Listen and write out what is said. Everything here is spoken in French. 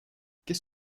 qu’est